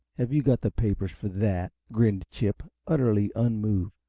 have you got the papers for that? grinned chip, utterly unmoved.